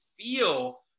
feel